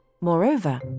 Moreover